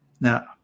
Now